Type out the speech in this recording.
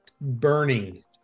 burning